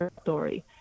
story